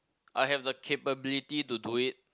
I have the capability to do it